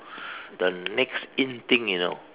the next in thing you know